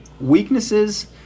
Weaknesses